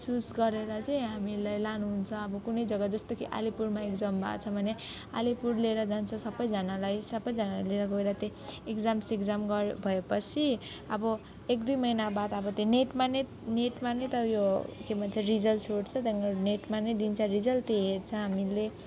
choose गरेर चाहिँ हामीलाई लानुहुन्छ अब कुनै जग्गा जस्तो कि अलिपुरमा एक्जाम भएको छ भने अलिपुर लिएर जान्छ सबैजनालाई सबैजनालाई लिएर गएर त्यहीँ इक्जाम सिक्जाम गर्यो भएपछि अब एक दुई महिना बाद अब त्यो नेटमा नै नेटमा नै त उयो के भन्छ रिजल्ट्स छुट्छ त्यहाँबाट नेटमा नै दिन्छ रिजल्ट त्यही हेर्छ हामीले